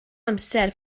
amser